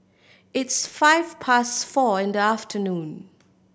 its five past four in the afternoon